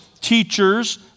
teachers